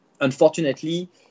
unfortunately